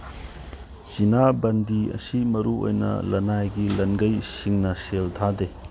China ꯕꯟꯗꯤ ꯑꯁꯤ ꯃꯔꯨꯑꯣꯏꯅ ꯂꯅꯥꯏꯒꯤ ꯂꯟꯒꯩꯁꯤꯡꯅ ꯁꯦꯜ ꯊꯥꯗꯩ